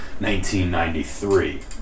1993